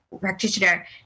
practitioner